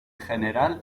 general